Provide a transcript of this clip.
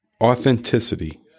Authenticity